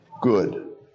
good